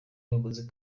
muyobozi